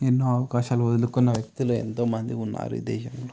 ఎన్నో అవకాశాలు వదులుకున్న వ్యక్తులు ఎంతోమంది ఉన్నారు ఈ దేశంలో